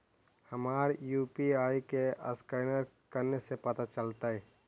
हमर यु.पी.आई के असकैनर कने से पता चलतै?